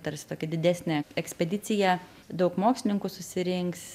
tarsi tokią didesnę ekspediciją daug mokslininkų susirinks